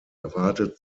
erwartet